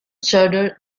shuddered